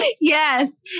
yes